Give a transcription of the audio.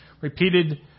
repeated